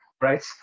right